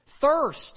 Thirst